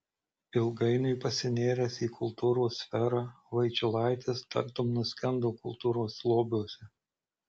ilgainiui pasinėręs į kultūros sferą vaičiulaitis tartum nuskendo kultūros lobiuose